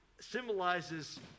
symbolizes